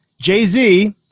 Jay-Z